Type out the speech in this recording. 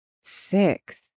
Six